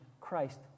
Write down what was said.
Christ